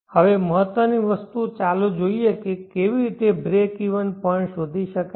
હવે મહત્વની વસ્તુ ચાલો જોઈએ કેવી રીતે બ્રેક ઇવન પોઇન્ટ શોધી શકાય